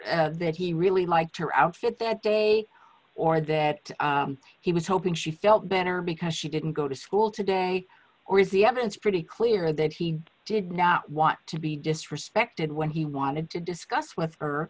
daughter that he really liked her outfit that day or that he was hoping she felt better because she didn't go to school today or if the evidence pretty clear that he did not want to be disrespected when he wanted to discuss with